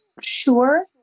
sure